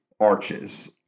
arches